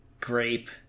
grape